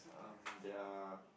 um there are